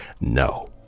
No